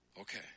Okay